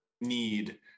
need